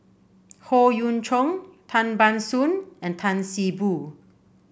Howe Yoon Chong Tan Ban Soon and Tan See Boo